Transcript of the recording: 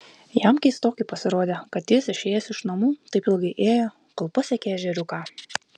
jam keistokai pasirodė kad jis išėjęs iš namų taip ilgai ėjo kol pasiekė ežeriuką